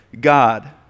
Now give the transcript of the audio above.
God